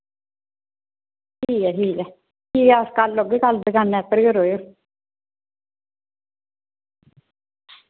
ठीक ऐ ठीक ऐ ठीक ऐ अस कल औगे कल दुकानै उप्पर गै रोह्यो